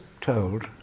told